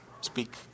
speak